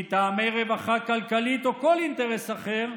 מטעמי רווחה כלכלית או כל אינטרס אחר,